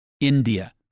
india